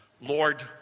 Lord